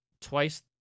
twice